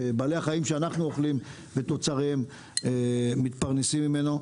שבעלי החיים שאנחנו אוכלים ותוצריהם מתפרנסים ממנו,